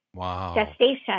gestation